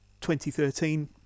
2013